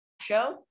show